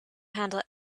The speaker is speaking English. handle